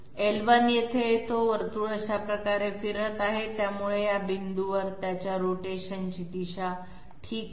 l1 येथे येतो वर्तुळ अशा प्रकारे फिरत आहे त्यामुळे या पॉईंटवर त्यांच्या रोटेशनची दिशा ठीक आहे